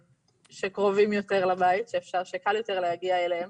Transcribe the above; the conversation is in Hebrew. שקרובים יותר לבית ושקל יותר להגיע אליהם.